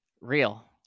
Real